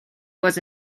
was